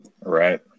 Right